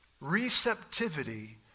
Receptivity